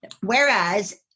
Whereas